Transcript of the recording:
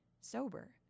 sober